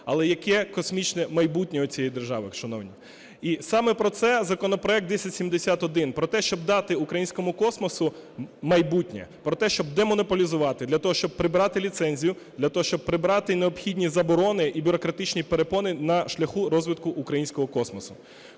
але яке космічне майбутнє у цієї держави, шановні? І саме про це законопроект 1071 – про те, щоб дати українському космосу майбутнє, про те, щоб демонополізувати, для того, щоб прибрати ліцензію, для того, щоб прибрати необхідні заборони і бюрократичні перепони на шляху розвитку українського космосу.